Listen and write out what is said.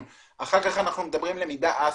אחר כך אנחנו מדברים על למידה א-סינכרונית.